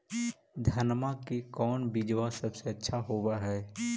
धनमा के कौन बिजबा सबसे अच्छा होव है?